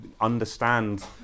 understand